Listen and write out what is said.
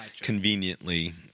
conveniently